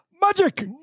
Magic